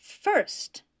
First